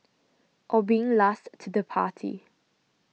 or being last to the party